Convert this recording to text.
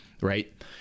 Right